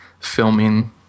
filming